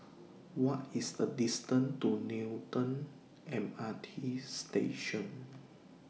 What IS The distance to Newton M R T Station